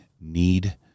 need